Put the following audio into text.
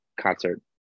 concert